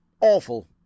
Awful